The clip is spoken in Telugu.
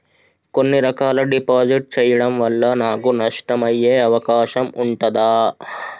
కొన్ని రకాల డిపాజిట్ చెయ్యడం వల్ల నాకు నష్టం అయ్యే అవకాశం ఉంటదా?